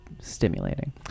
stimulating